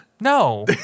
No